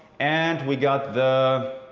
and we got the